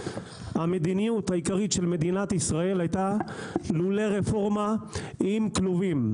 המדיניות העיקרית של מדינת ישראל הייתה לולי רפורמה עם כלובים.